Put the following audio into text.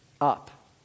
up